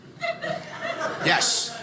Yes